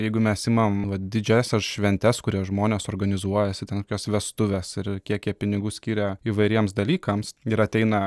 jeigu mes imam vat didžiąsias šventes kurias žmonės organizuojasi ten kokios vestuvės ir kiek jie pinigų skiria įvairiems dalykams ir ateina